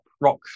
rock